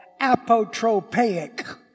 apotropaic